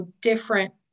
different